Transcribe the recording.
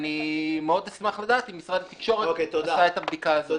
ואני מאוד אשמח לדעת אם משרד התקשורת עשה את הבדיקה הזאת.